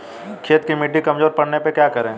खेत की मिटी कमजोर पड़ने पर क्या करें?